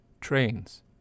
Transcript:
trains